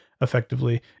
effectively